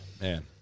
man